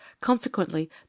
consequently